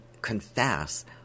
confess